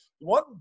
One